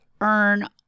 earn